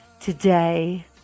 today